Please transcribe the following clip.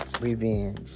revenge